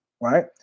right